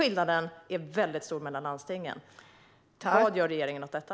Skillnaden är också väldigt stor mellan landstingen. Vad gör regeringen åt detta?